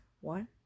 one